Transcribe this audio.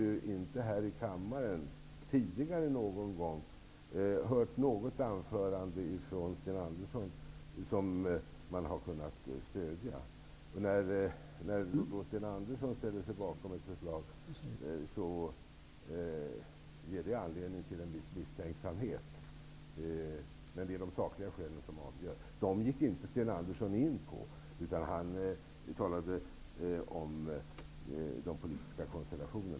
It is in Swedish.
Jag har inte tidigare hört något anförande av Sten Andersson i kammaren som man har kunnat stödja. Då Sten Andersson ställer sig bakom ett förslag finns det anledning till en viss misstänksamhet. Det är de sakliga skälen som avgör, men Sten Andersson gick inte in på dem. Han talade i stället om de politiska konstellationerna.